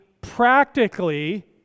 practically